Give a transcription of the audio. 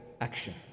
action